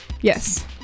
Yes